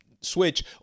Switch